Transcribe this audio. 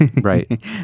Right